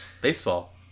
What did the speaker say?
Baseball